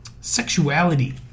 sexuality